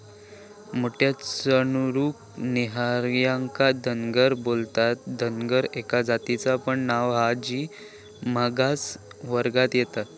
मेंढ्यांका चरूक नेणार्यांका धनगर बोलतत, धनगर एका जातीचा पण नाव हा जी मागास वर्गात येता